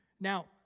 Now